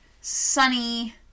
sunny